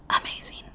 amazing